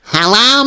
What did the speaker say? Hello